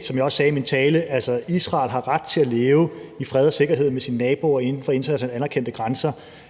Som jeg også sagde i min tale, har Israel ret til at leve i fred og sikkerhed med sine naboer inden for internationalt anerkendte grænser,